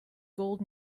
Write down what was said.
gold